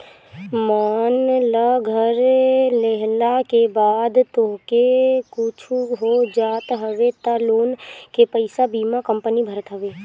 मान लअ घर लेहला के बाद तोहके कुछु हो जात हवे तअ लोन के पईसा बीमा कंपनी भरत हवे